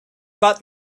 but